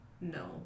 no